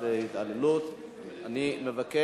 תעבור להמשך